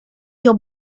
your